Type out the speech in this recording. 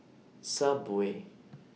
Subway